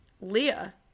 leah